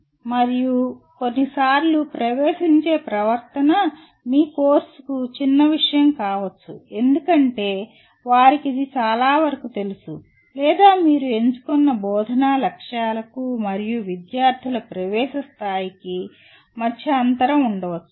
మరియు కొన్నిసార్లు ప్రవేశించే ప్రవర్తన మీ కోర్సుకు చిన్నవిషయం కావచ్చు ఎందుకంటే వారికి ఇది చాలావరకు తెలుసు లేదా మీరు ఎంచుకున్న బోధనా లక్ష్యాలకు మరియు విద్యార్థుల ప్రవేశ స్థాయికి మధ్య అంతరం ఉండవచ్చు